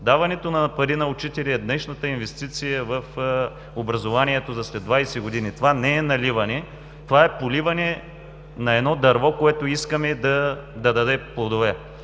Даването на пари на учители е днешната инвестиция в образованието за след 20 години. Това не е наливане, това е поливане на едно дърво, което искаме да даде плодове,